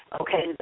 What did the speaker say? okay